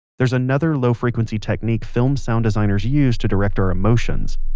there's another low frequency technique film sound designers use to direct our emotions.